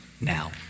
now